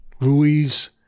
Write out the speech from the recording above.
Ruiz